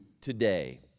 today